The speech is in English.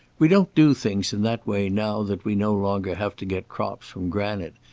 we don't do things in that way now that we no longer have to get crops from granite,